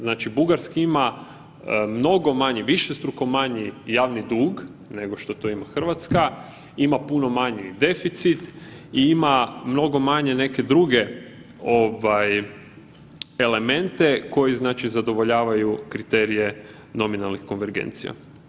Znači, Bugarska ima mnogo manji, višestruko manji javni dug nego što to ima RH, ima puno manji deficit i ima mnogo manje neke druge ovaj elemente koji znači zadovoljavaju kriterije nominalnih konvergencija.